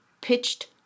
pitched